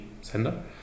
sender